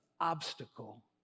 obstacle